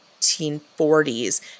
1940s